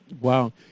Wow